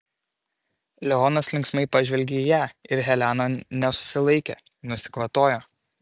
leonas linksmai pažvelgė į ją ir helena nesusilaikė nusikvatojo